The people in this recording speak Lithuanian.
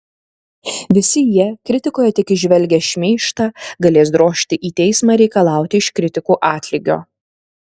visi jie kritikoje tik įžvelgę šmeižtą galės drožti į teismą reikalauti iš kritikų atlygio